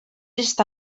està